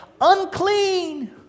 unclean